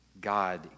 God